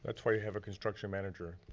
that's why you have a construction manager.